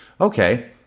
Okay